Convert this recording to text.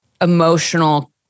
emotional